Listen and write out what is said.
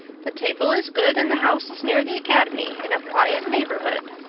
the table is good, and the house is near the academy, in a quiet neighborhood.